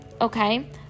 okay